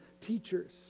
teachers